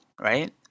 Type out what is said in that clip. right